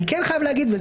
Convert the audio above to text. אני כן חייב להגיד,